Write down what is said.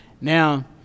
Now